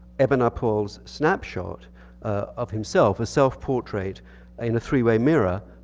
evenepoel's snapshot of himself, a self-portrait in a three-way mirror,